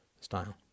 style